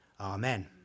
Amen